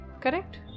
correct